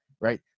right